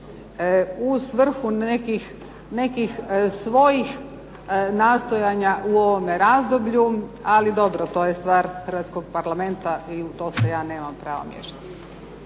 u svrhu nekih svojih nastojanja u ovome razdoblju, ali dobro to je stvar hrvatskog Parlamenta i u to se ja nemam prava miješati.